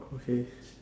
okay